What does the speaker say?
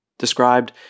Described